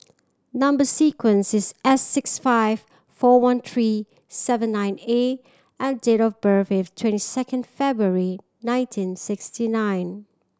number sequence is S six five four one three seven nine A and date of birth is twenty second February nineteen sixty nine